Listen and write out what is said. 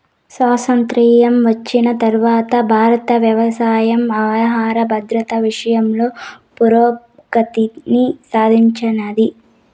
స్వాతంత్ర్యం వచ్చిన తరవాత భారతీయ వ్యవసాయం ఆహర భద్రత విషయంలో పురోగతిని సాధించినాది